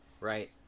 Right